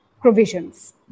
provisions